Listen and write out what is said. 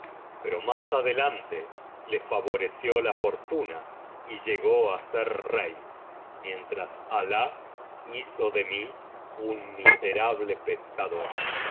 pero más adelante le favoreció la fortuna y llegó á ser rey mientras alah hizo de mí un miserable pescador sin